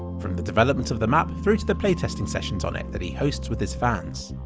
from the development of the map through to the playtesting sessions on it that he hosts with his fans.